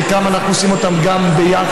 את חלקם אנחנו עושים גם ביחד.